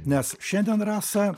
nes šiandien rasa